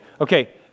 Okay